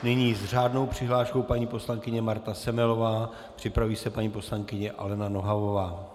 Nyní s řádnou přihláškou paní poslankyně Marta Semelová, připraví se paní poslankyně Alena Nohavová.